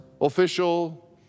official